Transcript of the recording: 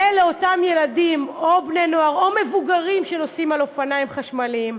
ולאותם ילדים או בני-נוער או מבוגרים שנוסעים על אופניים חשמליים,